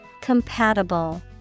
Compatible